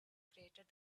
created